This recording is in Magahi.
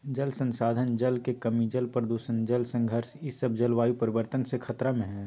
जल संसाधन, जल के कमी, जल प्रदूषण, जल संघर्ष ई सब जलवायु परिवर्तन से खतरा में हइ